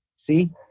See